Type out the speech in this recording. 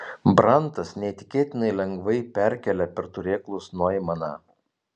brantas neįtikėtinai lengvai perkėlė per turėklus noimaną